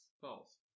False